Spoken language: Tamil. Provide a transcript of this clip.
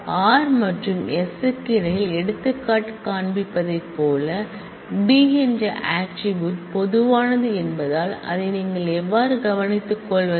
R மற்றும் s க்கு இடையில் எடுத்துக்காட்டு காண்பிப்பதைப் போல b என்ற ஆட்ரிபூட் பொதுவானது என்பதால் அதை நீங்கள் எவ்வாறு கவனித்துக்கொள்வது